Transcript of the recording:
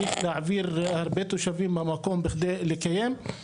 צריך להעביר הרבה תושבים מהמקום בכדי להקים את זה.